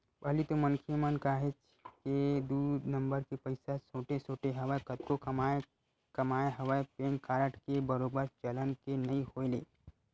पहिली तो मनखे मन काहेच के दू नंबर के पइसा सोटे सोटे हवय कतको कमाए कमाए हवय पेन कारड के बरोबर चलन के नइ होय ले